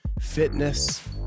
fitness